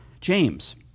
James